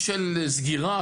של סגירה,